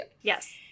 Yes